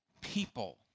people